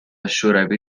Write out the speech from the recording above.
شوروی